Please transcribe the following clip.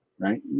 right